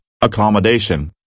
accommodation